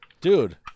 Dude